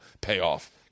payoff